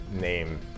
name